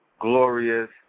glorious